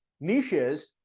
niches